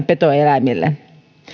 petoeläimille